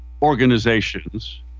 organizations